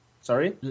sorry